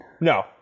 no